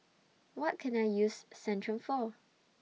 What Can I use Centrum For